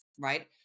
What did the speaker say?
right